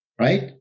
right